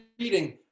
reading